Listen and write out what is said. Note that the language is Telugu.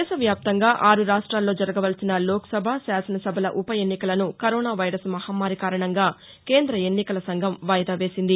దేశ వ్యాప్తంగా ఆరు రాష్ట్రాల్లో జరగవలసిన లోక్ సభ శాసన సభల ఉప ఎన్నికలను కరోనా వైరస్ మహమ్నారి కారణంగా కేంద్ర ఎన్నికల సంఘం వాయిదా వేసింది